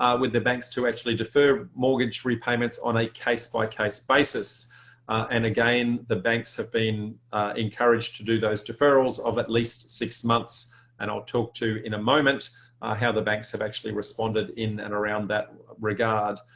ah with the banks to actually defer mortgage repayments on a case-by-case basis and again the banks have been encouraged to do those deferrals of at least six months and i'll talk to in a moment how the banks have actually responded in and around that regard.